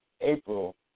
April